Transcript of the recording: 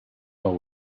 nord